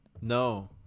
No